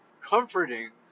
comforting